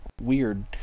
weird